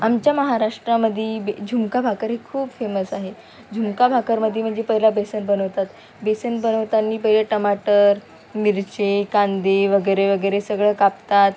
आमच्या महाराष्ट्रामध्ये बे झुणका भाकरी हे खूप फेमस आहे झुणका भाकरीमध्ये म्हणजे पहिला बेसन बनवतात बेसन बनवताना पहिलं टमाटर मिरची कांदे वगैरे वगैरे सगळं कापतात